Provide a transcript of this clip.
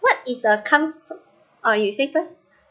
what is a comfort oh you say first